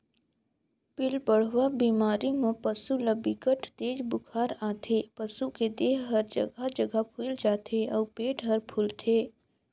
पिलबढ़वा बेमारी म पसू ल बिकट तेज बुखार आथे, पसू के देह हर जघा जघा फुईल जाथे अउ पेट हर फूलथे